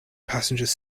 passengers